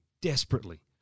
Desperately